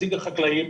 נציג החקלאים.